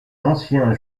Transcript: ancien